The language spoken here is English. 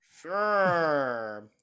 Sure